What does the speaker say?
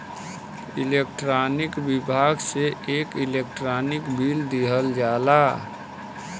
electronic विभाग से एक इलेक्ट्रानिक बिल दिहल जाला